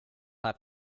have